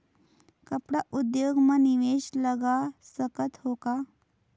कपड़ा उद्योग म निवेश लगा सकत हो का?